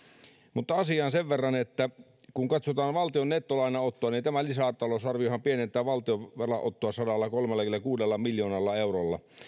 mutta asiaan sen verran että kun katsotaan valtion nettolainanottoa niin tämä lisätalousarviohan pienentää valtion velanottoa sadallakolmellakymmenelläkuudella miljoonalla eurolla